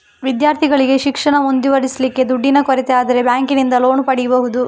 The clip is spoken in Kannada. ವಿದ್ಯಾರ್ಥಿಗಳಿಗೆ ಶಿಕ್ಷಣ ಮುಂದುವರಿಸ್ಲಿಕ್ಕೆ ದುಡ್ಡಿನ ಕೊರತೆ ಆದ್ರೆ ಬ್ಯಾಂಕಿನಿಂದ ಲೋನ್ ಪಡೀಬಹುದು